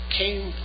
came